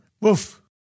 Woof